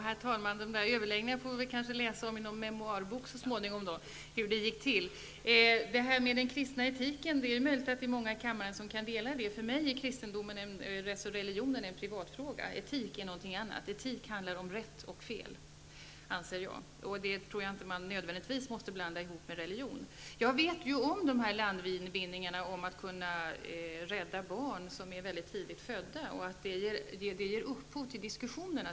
Herr talman! Vi kanske får läsa om hur det gick till på dessa överläggningar i någon memoarbok så småningom. Det är möjligt att många här i kammaren kan ställa sig bakom det här med kristen etik. För mig är religionen en privatfråga. Jag anser att etik är någonting annat. Det handlar om rätt och fel. Man måste inte nödvändigtvis blanda ihop etik med religion. Jag är medveten om dessa landvinningar när det gäller att rädda barn som är för tidigt födda och att det ger upphov till diskussioner.